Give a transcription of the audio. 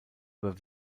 über